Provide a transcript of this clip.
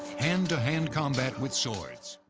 hand-to-hand combat with swords